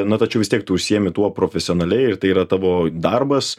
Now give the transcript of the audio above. na tačiau vis tiek tu užsiimi tuo profesionaliai ir tai yra tavo darbas